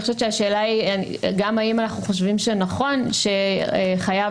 שהשאלה היא גם האם אנחנו חושבים שנכון שחייב